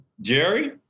Jerry